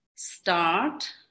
Start